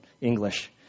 English